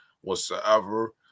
whatsoever